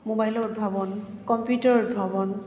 মোবাইলৰ উদ্ভাৱন কম্পিউটাৰৰ উদ্ভাৱন